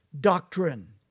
doctrine